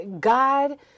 God